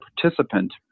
participant